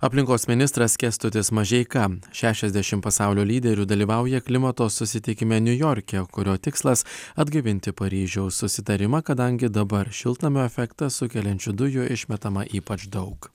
aplinkos ministras kęstutis mažeika šešiasdešim pasaulio lyderių dalyvauja klimato susitikime niujorke kurio tikslas atgaivinti paryžiaus susitarimą kadangi dabar šiltnamio efektą sukeliančių dujų išmetama ypač daug